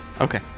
Okay